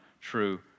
true